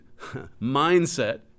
mindset